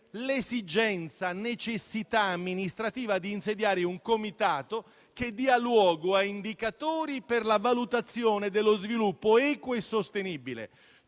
l'esigenza/necessità amministrativa di insediare un comitato che dia luogo a indicatori per la valutazione dello sviluppo equo e sostenibile.